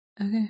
Okay